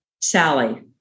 Sally